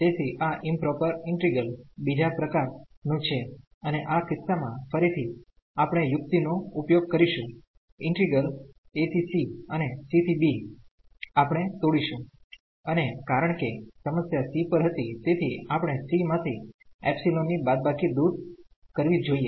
તેથી આ improper integral બીજા પ્રકાર નું છે અને આ કિસ્સામાં ફરીથી આપણે યુક્તિનો ઉપયોગ કરીશું ઈન્ટિગ્રલ a ¿c અને c ¿b આપણે તોડીશું અને કારણ કે સમસ્યા c પર હતી તેથી આપણે c માથી ϵ ની બાદબાકી દૂર કરવી જોઈએ